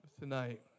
tonight